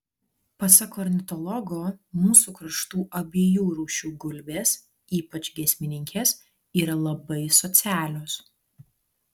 pasak ornitologo mūsų kraštų abiejų rūšių gulbės ypač giesmininkės yra labai socialios